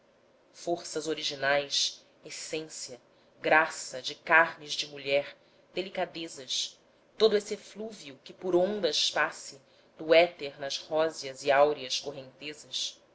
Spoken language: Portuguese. forças originais essência graça de carnes de mulher delicadezas todo esse eflúvio que por ondas passe do éter nas róseas e áureas correntezas